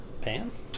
pants